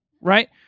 right